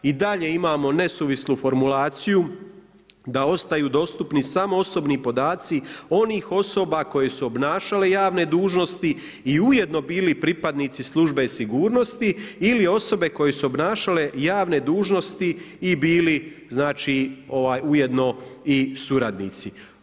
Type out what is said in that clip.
I dalje imamo nesuvislu formulaciju da ostaju dostupni samo osobni podaci onih osoba koje su obnašale javne dužnosti i ujedno bili pripadnici službe sigurnosti ili osobe koje su obnašale javne dužnosti i bili znači ujedno i suradnici.